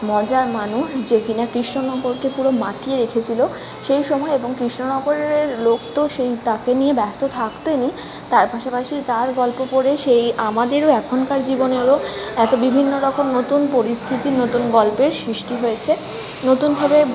মজার মানুষ যে কি না কৃষ্ণনগরকে পুরো মাতিয়ে রেখেছিলো সেই সময় এবং কৃষ্ণনগরের লোক তো সেই তাকে নিয়ে ব্যস্ত থাকতেনই তার পাশাপাশি তার গল্প পড়ে সেই আমাদেরও এখনকার জীবনেরও এত বিভিন্ন রকম নতুন পরিস্থিতি নতুন গল্পের সৃষ্টি হয়েছে নতুনভাবে